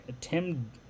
Tim